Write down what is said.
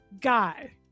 guy